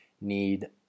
need